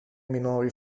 minori